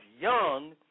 young